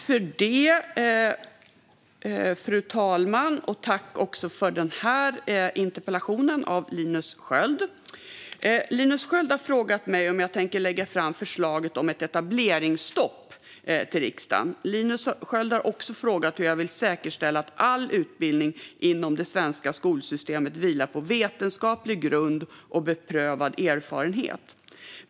Fru talman! Linus Sköld har frågat mig om jag tänker lägga fram förslaget om ett etableringsstopp till riksdagen. Linus Sköld har också frågat hur jag vill säkerställa att all utbildning inom det svenska skolsystemet vilar på vetenskaplig grund och beprövad erfarenhet.